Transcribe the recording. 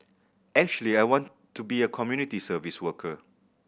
actually I want to be a community service worker